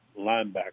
linebacker